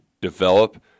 develop